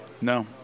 No